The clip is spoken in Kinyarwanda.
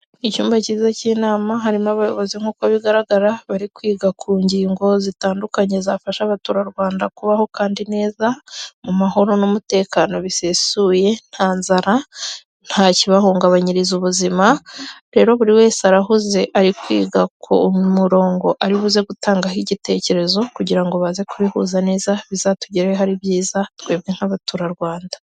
Icyumba cyiza cy'inama, harimo abayobozi nk'uko bigaragara, bari kwiga ku ngingo zitandukanye zafasha abaturarwanda kubaho kandi neza, mu mahoro n'umutekano bisesuye nta nzara, ntakibahungabanyiriza ubuzima, rero buri wese arahuze, ari kwiga ku murongo aribuze gutangaho igitekerezo kugira ngo baze kubihuza neza, bizatugereho ari byiza, twebwe nk'abaturarwanda.